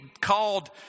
called